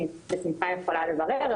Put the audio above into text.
אני יכולה לברר בשמחה,